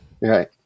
Right